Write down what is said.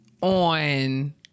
on